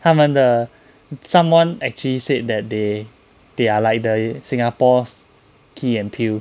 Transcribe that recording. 他们的 someone actually said that they they are like the singapore's key and peele